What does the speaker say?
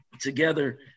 together